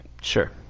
Sure